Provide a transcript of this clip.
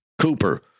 Cooper